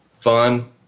fun